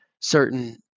certain